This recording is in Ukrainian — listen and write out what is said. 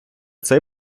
цей